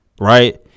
Right